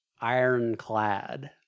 Ironclad